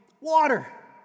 water